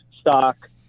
stock